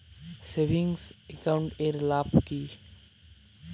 Savings account এর কি লাভ?